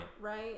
Right